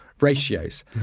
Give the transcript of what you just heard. ratios